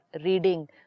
reading